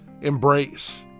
embrace